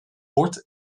bord